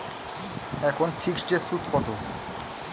এখন ফিকসড এর সুদ কত?